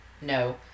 No